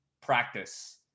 practice